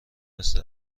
مثل